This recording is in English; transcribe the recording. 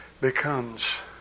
becomes